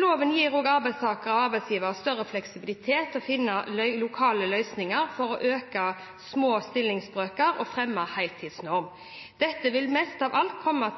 Loven gir også arbeidstakere og arbeidsgivere større fleksibilitet til å finne lokale løsninger for å øke små stillingsbrøker og fremme heltidsnorm. Dette vil mest av alt komme